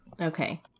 okay